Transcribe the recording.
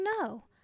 no